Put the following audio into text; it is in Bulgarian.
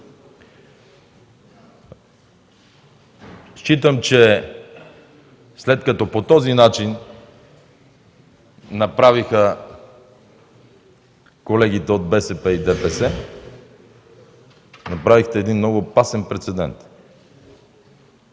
Считам, че след като по този начин направиха колегите от БСП и ДПС – направихте един много опасен прецедент,